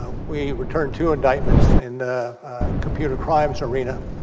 ah we return to indictments in the computer clients arena,